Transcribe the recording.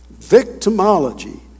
Victimology